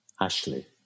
Ashley